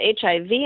HIV